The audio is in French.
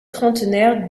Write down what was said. trentenaires